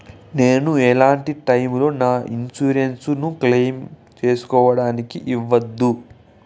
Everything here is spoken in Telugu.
నేను ఎట్లాంటి టైములో నా ఇన్సూరెన్సు ను క్లెయిమ్ సేసుకోవడానికి అవ్వదు?